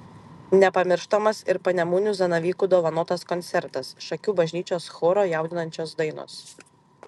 nepamirštamas ir panemunių zanavykų dovanotas koncertas šakių bažnyčios choro jaudinančios dainos